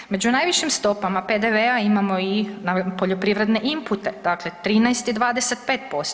Među najvišim stopama PDV-a imamo ih na poljoprivredne impute, dakle 13 i 25%